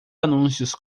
anúncios